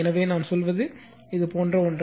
எனவே நான் சொல்வது இது போன்ற ஒன்று